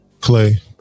Clay